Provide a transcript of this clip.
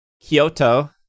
Kyoto